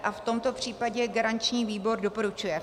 V tomto případě garanční výbor doporučuje.